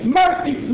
mercy